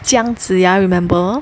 姜子牙 remember